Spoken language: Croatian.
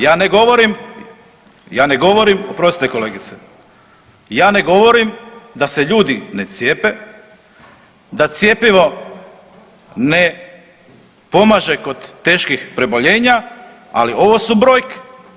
Ja ne govorim, ja ne govorim, oprostite kolegice, ja ne govorim da se ljudi ne cijepe, da cjepivo ne pomaže kod teških preboljenja, ali ovo su brojke.